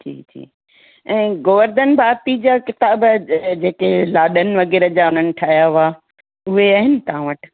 जी जी ऐं गोवर्धन भारती जा किताब जेके लाॾनि वग़ैरह जा उन्हनि ठाहिया हुआ उहे आहिनि तव्हां वटि